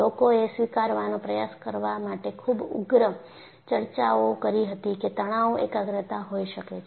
લોકો એ સ્વીકારવાનો પ્રયાસ કરવા માટે ખુબ ઉગ્ર ચર્ચાઓ કરી હતી કે તણાવ એકાગ્રતા હોઈ શકે છે